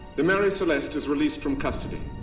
the mary celeste is released from custody.